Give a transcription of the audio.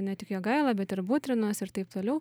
ne tik jogaila bet ir butrinas ir taip toliau